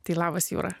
tai labas jūra